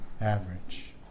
average